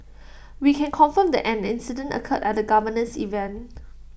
we can confirm that an incident occurred at the governor's event